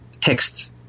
texts